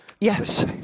Yes